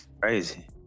Crazy